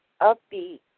upbeat